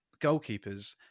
goalkeepers